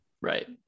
right